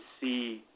see